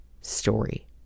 story